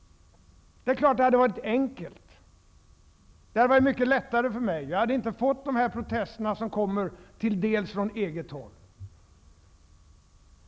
Det är klart att det hade varit enkelt. Det hade varit lättare för mig, och jag hade sluppit de protester som kommer från eget håll.